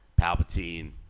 Palpatine